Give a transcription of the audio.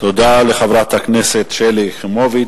תודה לחברת הכנסת שלי יחימוביץ.